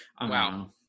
wow